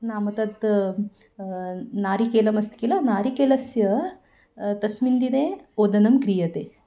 नाम तत् नारिकेलमस्ति किल नारिकेलस्य तस्मिन् दिने ओदनं क्रियते